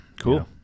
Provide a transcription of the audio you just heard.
Cool